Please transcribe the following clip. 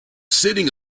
sitting